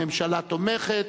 הממשלה תומכת.